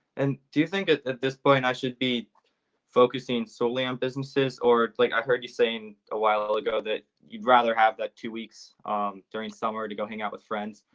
and do you think at this point, i should be focusing solely on businesses or like i heard you saying a while ago that you'd rather have that two weeks during summer to go hang out with friends,